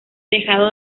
tejado